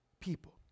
people